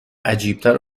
عجیبتر